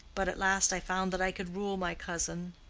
but at last i found that i could rule my cousin,